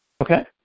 Okay